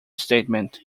statement